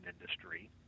Industry